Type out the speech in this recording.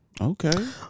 Okay